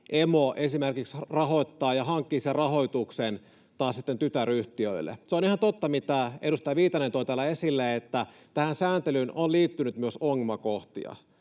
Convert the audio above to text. emo esimerkiksi rahoittaa ja hankkii sen rahoituksen taas sitten tytäryhtiöille. Se on ihan totta, mitä edustaja Viitanen toi täällä esille, että tähän sääntelyyn on liittynyt myös ongelmakohtia,